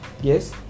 yes